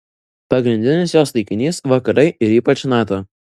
pagrindinis jos taikinys vakarai ir ypač nato